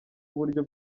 uburyo